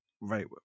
right